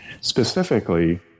specifically